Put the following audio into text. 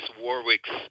Warwick's